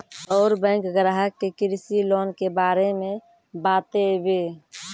और बैंक ग्राहक के कृषि लोन के बारे मे बातेबे?